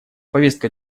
повестка